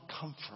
comfort